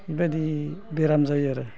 इबायदि बेराम जायो आरो